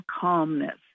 calmness